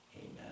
Amen